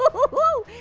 like ooh,